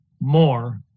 more